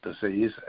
disease